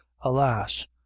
alas